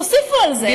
תוסיפו על זה,